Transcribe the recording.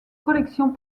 collections